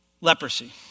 Leprosy